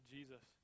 Jesus